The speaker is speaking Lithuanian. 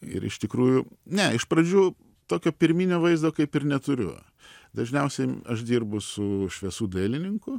ir iš tikrųjų ne iš pradžių tokio pirminio vaizdo kaip ir neturiu dažniausiai aš dirbu su šviesų dailininku